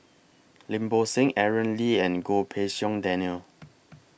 Lim Bo Seng Aaron Lee and Goh Pei Siong Daniel